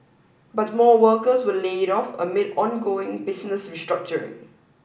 but more workers were laid off amid ongoing business restructuring